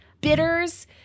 bitters